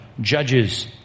Judges